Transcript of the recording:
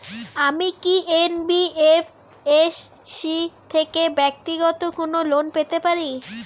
আমি কি এন.বি.এফ.এস.সি থেকে ব্যাক্তিগত কোনো লোন পেতে পারি?